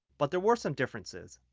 but there were some differences.